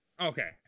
Okay